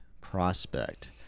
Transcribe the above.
prospect